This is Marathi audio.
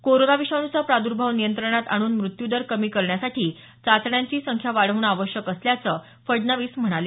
कोरोना विषाणूचा प्राद्भोव नियंत्रणात आणून मृत्यूदर कमी करण्यासाठी चाचण्यांची संख्या वाढवणं आवश्यक असल्याचं फडणवीस म्हणाले